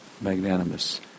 magnanimous